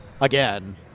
again